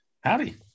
howdy